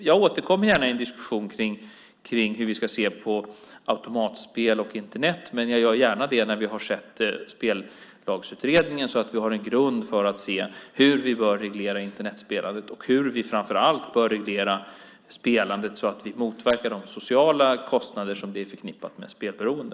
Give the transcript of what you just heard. Jag återkommer gärna i en diskussion kring hur vi ska se på automatspel och Internet, men jag gör gärna det när vi har sett spellagsutredningen så att vi har en grund för att se hur vi bör reglera Internetspelandet och hur vi framför allt bör reglera spelandet så att vi motverkar de sociala kostnader som är förknippade med spelberoende.